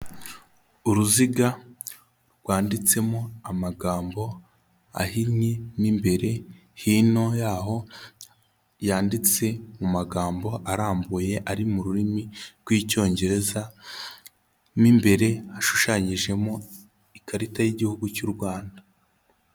Uruziga rwanditsemo amagambo ahinnye mo imbere, hino yaho yanditse mu magambo arambuye ari mu rurimi rw'Icyongereza, mo imbere hashushanyijemo Ikarita y'Igihugu cy'u Rwanda.